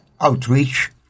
outreach